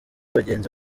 bagenzi